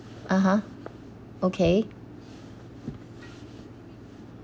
(uh huh) okay